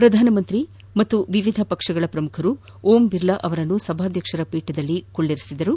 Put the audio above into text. ಪ್ರಧಾನಮಂತ್ರಿ ಹಾಗೂ ವಿವಿಧ ಪಕ್ಷಗಳ ಪ್ರಮುಖರು ಓಂ ಬಿರ್ಲಾ ಅವರನ್ನು ಸಭಾಧ್ಯಕ್ಷರ ಪೀಠದಲ್ಲಿ ಕುಳ್ಳಿರಿಸಿದರು